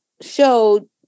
show